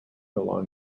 along